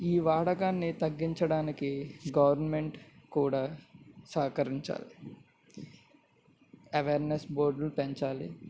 ఈ వాడకాన్ని తగ్గించడానికి గవర్నమెంట్ కూడా సహకరించాలి ఎవేర్నెస్ బోర్డ్లు పెంచాలి